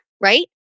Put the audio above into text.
right